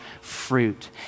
fruit